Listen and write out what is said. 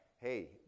hey